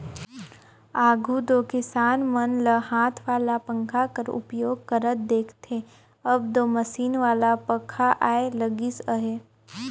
आघु दो किसान मन ल हाथ वाला पंखा कर उपयोग करत देखथे, अब दो मसीन वाला पखा आए लगिस अहे